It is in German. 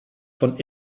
von